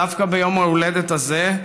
דווקא ביום ההולדת הזה,